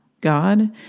God